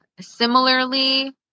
similarly